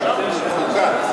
חוקה.